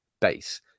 base